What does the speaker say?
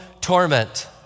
torment